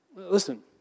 Listen